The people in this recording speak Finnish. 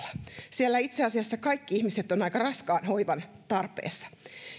siellä itse asiassa kaikki ihmiset ovat aika raskaan hoivan tarpeessa